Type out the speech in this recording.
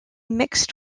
mixed